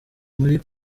muri